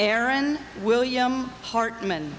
aaron william hartman